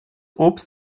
obst